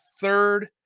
third